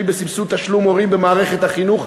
בסבסוד תשלום הורים במערכת החינוך,